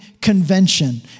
convention